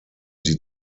die